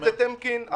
הזכיר טמקין,